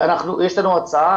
יש לנו הצעה.